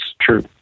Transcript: true